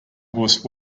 horse